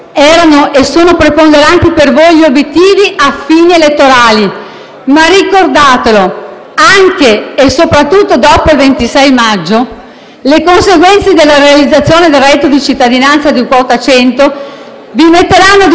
erano e sono preponderanti gli obiettivi a fini elettorali, ma ricordate che anche e soprattutto dopo il 26 maggio le conseguenze della realizzazione del reddito di cittadinanza e di quota 100 vi metteranno di fronte